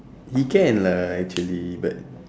he can lah actually but